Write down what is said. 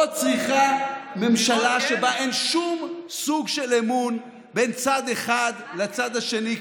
היא לא צריכה ממשלה שבה אין שום סוג של אמון בין צד אחד לצד השני.